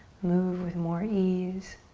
move with more ease